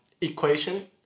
equation